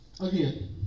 Again